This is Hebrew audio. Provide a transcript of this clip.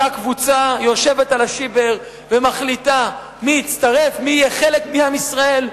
אותה קבוצה יושבת על השיבר ומחליטה מי יהיה חלק מעם ישראל,